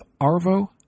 Arvo